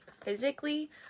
physically